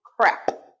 crap